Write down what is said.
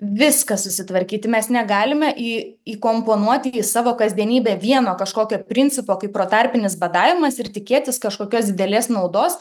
viską susitvarkyti mes negalime į įkomponuoti į savo kasdienybę vieno kažkokio principo kaip protarpinis badavimas ir tikėtis kažkokios didelės naudos